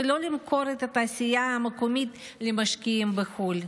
ולא למכור את התעשייה המקומית למשקיעים בחו"ל,